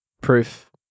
proof